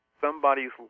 somebody's